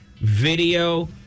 video